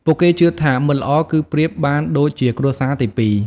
ពួកគេជឿថា មិត្តល្អគឺប្រៀបបានដូចជាគ្រួសារទីពីរ។